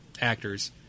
actors